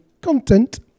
content